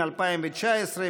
התשע"ט 2019,